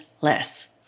less